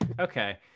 okay